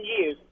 years